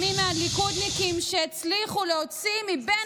גם מי מהליכודניקים שהצליחו להוציא מבין